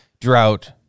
drought